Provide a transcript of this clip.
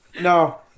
no